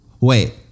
wait